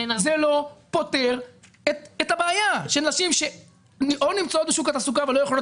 זה לא פותר את הבעיה של נשים שאו נמצאות בשוק התעסוקה ולא יכולות